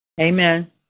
Amen